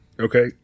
Okay